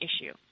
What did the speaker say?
issue